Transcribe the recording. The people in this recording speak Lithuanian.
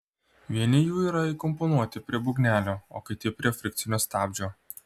vieni jų yra įkomponuoti prie būgnelio o kiti prie frikcinio stabdžio